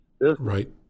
Right